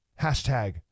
Hashtag